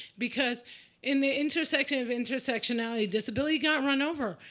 because in the intersection of intersectionality, disability got run over.